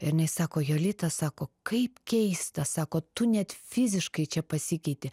ir jinai sako jolita sako kaip keista sako tu net fiziškai čia pasikeiti